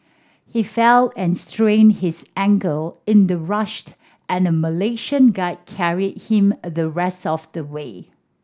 he fell and strained his ankle in the rushed and Malaysian guide carried him the rest of the way